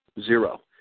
zero